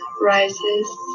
rises